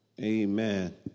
Amen